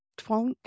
twonk